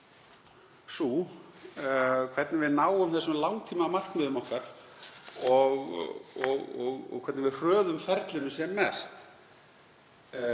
er hvernig við náum langtímamarkmiðum okkar og hvernig við hröðum ferlinu sem mest.